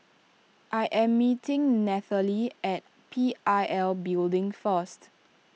I am meeting Nathaly at P I L Building first